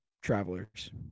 Travelers